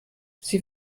sie